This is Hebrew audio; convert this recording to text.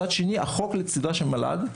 מצד שני, החוק לצידו של מל"ג.